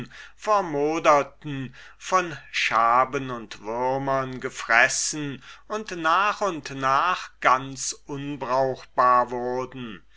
vermoderten von motten gefressen und nach und nach ganz unbrauchbar wurden